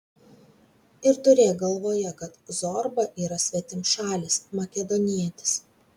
ir turėk galvoje kad zorba yra svetimšalis makedonietis